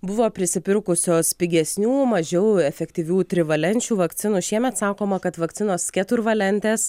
buvo prisipirkusios pigesnių mažiau efektyvių trivalenčių vakcinų šiemet sakoma kad vakcinos keturvalentės